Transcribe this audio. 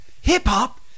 Hip-hop